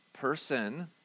person